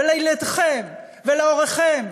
ולילדיכם, ולהוריכם,